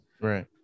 Right